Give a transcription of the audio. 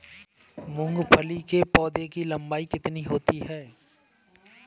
मूंगफली के पौधे की लंबाई कितनी होती है?